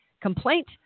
complaint